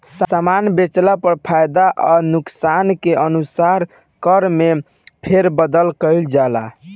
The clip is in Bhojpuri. सामान बेचला पर फायदा आ नुकसान के अनुसार कर में फेरबदल कईल जाला